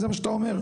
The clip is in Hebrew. זה מה שאתה אומר?